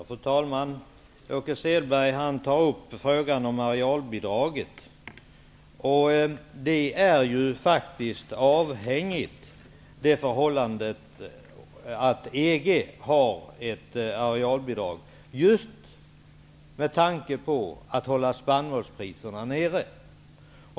Fru talman! Åke Selberg tog upp frågan om arealbidraget. Det är faktiskt avhängigt det förhållandet att EG har ett arealbidrag just för att hålla spannmålspriserna nere.